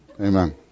Amen